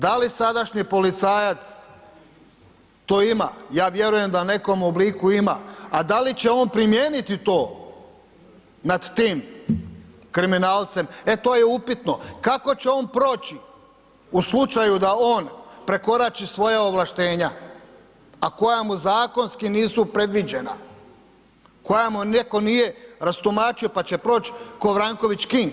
Da li sadašnji policajac to ima, ja vjerujem da u nekom obliku ima a da li će on primijeniti to nad tim kriminalcem, e to je upitno, kako će on proći u slučaju da on prekorači svoja ovlaštenja a koja mu zakonski nisu predviđena, koja mu netko nije rastumačio pa će proć kao Vranković King?